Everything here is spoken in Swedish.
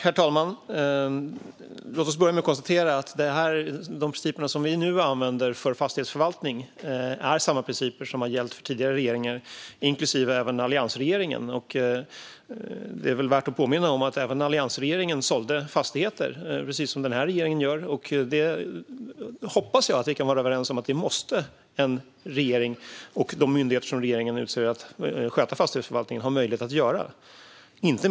Herr talman! Låt mig börja med att konstatera att de principer som vi nu använder för fastighetsförvaltning är samma principer som har gällt för tidigare regeringar, inklusive alliansregeringen. Det är värt att påminna att precis som denna regering sålde även alliansregeringen fastigheter. Jag hoppas att vi kan vara överens om att en regering och de myndigheter som regeringen utser för skötsel av fastighetsförvaltningen måste ha möjlighet att göra detta.